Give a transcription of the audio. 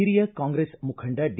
ಹಿರಿಯ ಕಾಂಗ್ರೆಸ್ ಮುಖಂಡ ಡಿ